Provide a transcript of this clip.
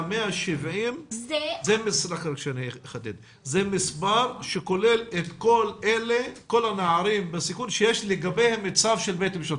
שה-170 זה מספר שכולל את כל הנערים בסיכון שיש לגביהם צו של בית משפט,